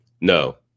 No